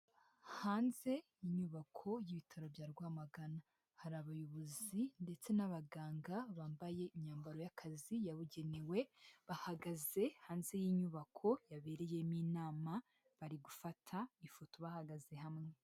Hanze y'inyubako y'ibitaro bya Rwamagana hari abayobozi ndetse n'abaganga bambaye imyambaro y'akazi yabugenewe, bahagaze hanze y'inyubako yabereyemo inama bari gufata ifoto bahagaze hamwe.